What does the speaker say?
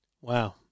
Wow